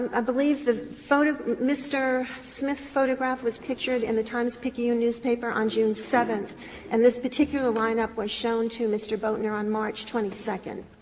i believe the mr. smith's photograph was pictured in the times-picayune newspaper on june seventh and this particular line-up was shown to mr. boatner on march twenty second.